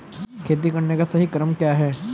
खेती करने का सही क्रम क्या है?